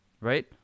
right